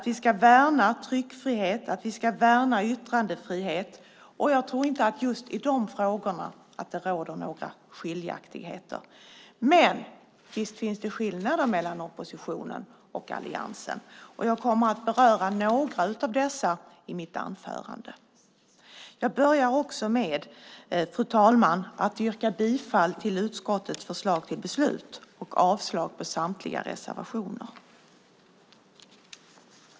Vi ska värna tryckfrihet och yttrandefrihet. Jag tror inte att det råder några skiljaktigheter just i de frågorna, men visst finns det skillnader mellan oppositionen och alliansen, och jag kommer att beröra några av dessa i mitt anförande. Jag börjar med att yrka bifall till utskottets förslag till beslut och avslag på samtliga reservationer.